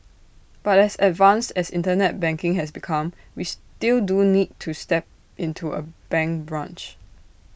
but as advanced as Internet banking has become we still do need to step into A bank branch